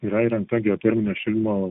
yra įrengta geoterminio šildymo